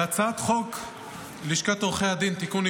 בהצעת חוק לשכת עורכי הדין (תיקון,